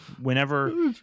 whenever